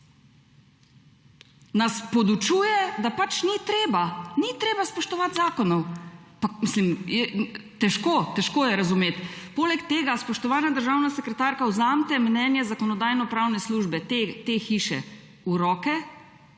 nas poučuje, da pač ni treba, da ni treba spoštovati zakonov. Mislim težko je razumeti. Poleg tega, spoštovana državna sekretarka, vzemite mnenje Zakonodajno-pravne službe te hiše v roke